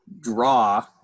draw